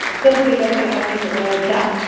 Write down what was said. تِم تہِ گژھن آسٕنۍ داہ